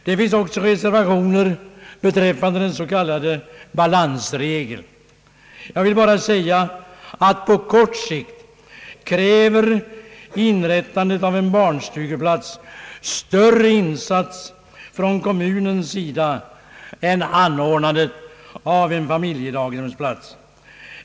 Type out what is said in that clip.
Det finns också reservationer beträffande balansregeln. Jag vill bara säga att på kort sikt kräver inrättandet av en barnstugeplats större insats från kommunens sida än anordnandet av en familjedaghemsplats.